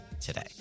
today